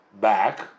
back